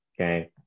okay